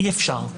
אי אפשר,